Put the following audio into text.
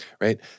right